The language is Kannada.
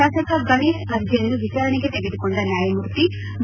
ಶಾಸಕ ಗಣೇಶ್ ಅರ್ಜಿಯನ್ನು ವಿಚಾರಣೆಗೆ ತೆಗೆದುಕೊಂಡ ನ್ವಾಯಮೂರ್ತಿ ಬಿ